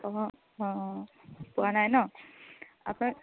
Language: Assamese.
অঁ অঁ অঁ পোৱা নাই ন